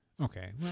Okay